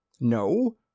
No